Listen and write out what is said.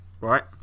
right